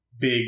big